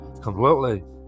completely